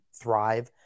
thrive